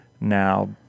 now